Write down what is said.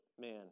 man